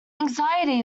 anxiety